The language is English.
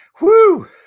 woo